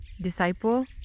disciple